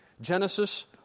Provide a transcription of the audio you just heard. Genesis